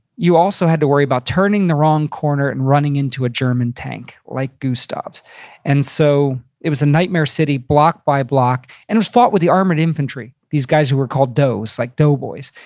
you also had to worry about turning the wrong corner and running into a german tank like gustav's and so it was a nightmare city, block by block and it was fought with the armored infantry. these guys who were called doughs. like dough boys.